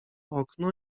okno